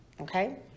okay